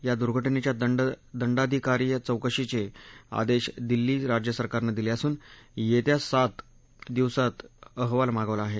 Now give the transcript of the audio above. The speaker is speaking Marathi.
या दुर्घटनेच्या दंडाधिकारीय चौकशीचे आदेश दिल्ली राज्यसरकारनं दिले असून येत्या सात दिवसात अहवाल मागवला आहे